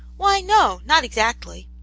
why no, not exactly.